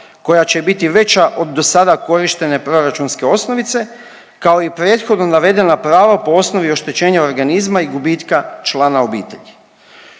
koja će biti veća od do sada korištenje proračunske osnovice kao i prethodno navedena prava po osnovi oštećenja organizma i gubitka člana obitelji.